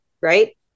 right